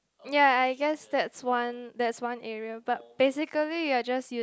ya I guess that's one that's one area but basically you are just use